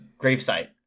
gravesite